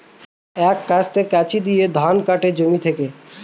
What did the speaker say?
এক কাস্তে কাঁচি যেটাতে ধান কাটে জমি থেকে